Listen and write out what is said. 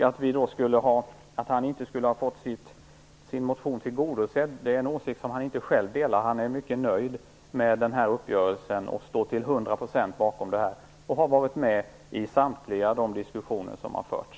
Att han inte skulle ha fått sin motion tillgodosedd är en åsikt som han inte själv delar. Han är mycket nöjd med den här uppgörelsen och står till 100 % bakom den. Han har varit med i samtliga diskussioner som har förts.